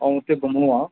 ऐं उते घुमिणो आहे